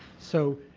so,